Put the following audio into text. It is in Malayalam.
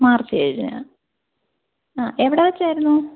മാർച്ച് ഏഴ് ആ എവിടെ വെച്ച് ആയിരുന്നു